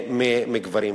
לעומת הגברים.